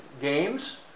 Games